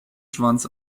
schwanz